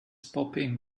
popping